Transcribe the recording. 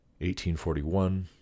1841